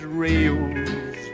rails